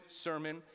sermon